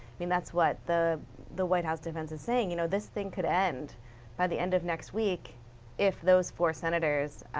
i mean what, the the white house defense is saying, you know this thing could end by the end of next week if those four senators